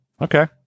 Okay